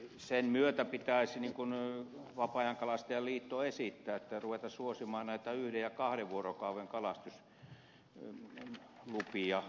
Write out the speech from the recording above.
sen myötä pitäisi niin kuin vapaa ajankalastajien liitto esittää ruveta suosimaan yhden ja kahden vuorokauden kalastuslupia